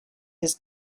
his